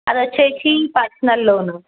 అది వచ్చి personal loan